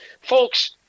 Folks